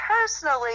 personally